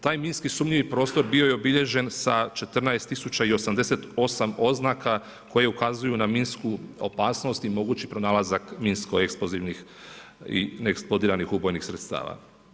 Taj minski sumnjivi prostor bio je obilježen sa 14088 oznaka koji ukazuju na minsku opasnost i moguću pronalazaka minsko eksplozivnih i eksplodiranih ubojnih sredstava.